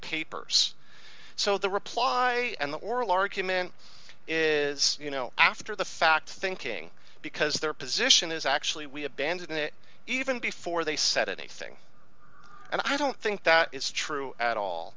papers so the reply and the oral argument is you know after the fact thinking because their position is actually we abandon it even before they said anything and i don't think that is true at all